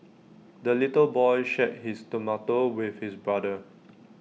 the little boy shared his tomato with his brother